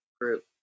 group